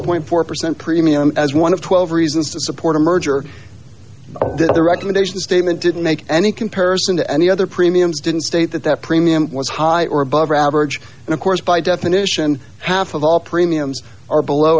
point four percent premium as one of twelve reasons to support a merger recommendation statement didn't make any comparison to any other premiums didn't state that that premium was high or above average and of course by definition half of all premiums are below